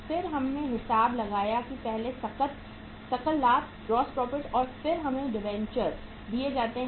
फिर हमने हिसाब लगाया पहले सकल लाभ GP और फिर हमें डिबेंचर दिए जाते हैं